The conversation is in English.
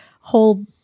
whole –